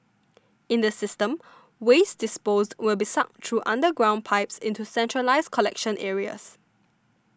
in the system waste disposed will be sucked through underground pipes into centralised collection areas